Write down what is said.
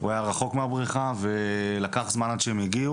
הוא היה רחוק מהבריכה ולקח זמן עד שהם הגיעו.